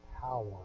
power